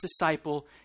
disciple